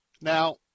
Now